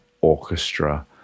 orchestra